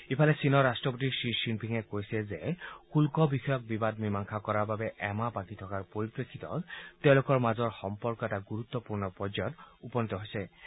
ইফালে চীনৰ ৰাট্টপতি চি জিনপিঙে কৈছে যে শুল্ক বিষয়ৰ বিবাদক মীমাংসা কৰাৰ বাবে এমাহ বাকী থকাৰ পৰিপ্ৰেক্ষিতত তেওঁলোকৰ মাজৰ সম্পৰ্ক এটা গুৰুত্পূৰ্ণ পৰ্যায়ত উপনীত হৈছেগৈ